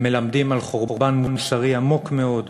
והם מלמדים על חורבן מוסרי עמוק מאוד,